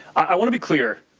i want to be clear.